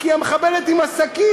כי המחבלת עם הסכין,